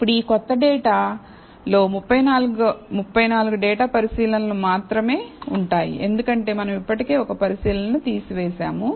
ఇప్పుడు ఈ క్రొత్త డేటాలో 34 డేటా పరిశీలనలు మాత్రమే ఉంటాయి ఎందుకంటే మనం ఇప్పటికే ఒక పరిశీలనను తీసివేసాము